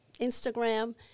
Instagram